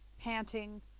panting